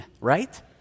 right